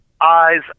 eyes